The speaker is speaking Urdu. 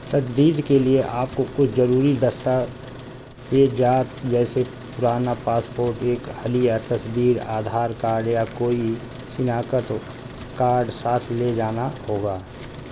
تجدید کے لیے آپ کو کچھ ضروری دستاویزات جیسے پرانا پاسپورٹ ایک حالیہ تصویر آدھار کارڈ یا کوئی شناخت کارڈ ساتھ لے جانا ہوگا